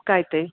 काय ते